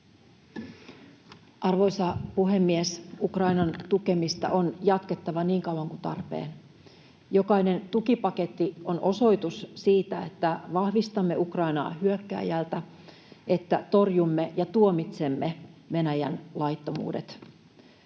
Arvoisa puhemies! Ukrainan tukemista on jatkettava niin kauan kuin on tarpeen. Jokainen tukipaketti on osoitus siitä, että vahvistamme Ukrainaa hyökkääjältä ja että torjumme ja tuomitsemme Venäjän laittomuudet.